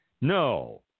No